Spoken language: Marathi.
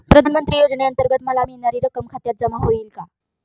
प्रधानमंत्री योजनेअंतर्गत मला मिळणारी रक्कम खात्यात जमा होईल का?